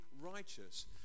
righteous